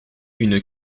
une